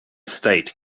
state